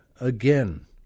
again